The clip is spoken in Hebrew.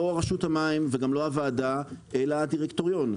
רשות המים וגם לא הוועדה אלא הדירקטוריון.